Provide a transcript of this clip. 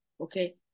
Okay